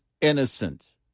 innocent